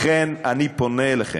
לכן אני פונה אליכם,